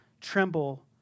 tremble